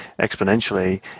exponentially